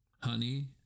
Honey